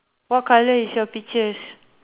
what colour is your peaches